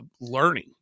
learning